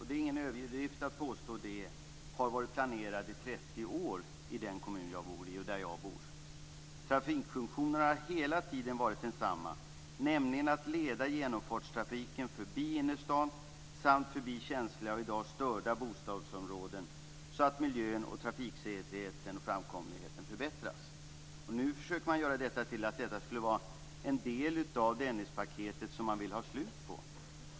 Det är ingen överdrift att påstå att Södra länken har varit planerad i 30 år i den kommun som jag bor i. Trafikfunktionen har hela tiden varit densamma, nämligen att leda genomfartstrafiken förbi innerstaden samt förbi känsliga och i dag störda bostadsområden, så att miljön, trafiksäkerheten och framkomligheten förbättras. Nu försöker man få detta till att vara en del av Dennispaketet som man vill ha slut på.